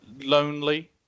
lonely